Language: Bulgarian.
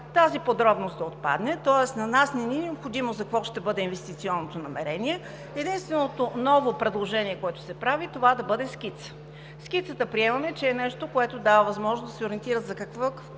тази подробност да отпадне, тоест на нас не ни е необходимо за какво ще бъде инвестиционното намерение. Единственото ново предложение, което се прави, е това да бъде скица. Скицата приемаме, че е нещо, което дава възможност да се ориентира за каква